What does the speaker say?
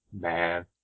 man